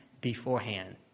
beforehand